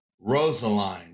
Rosaline